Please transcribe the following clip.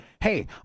hey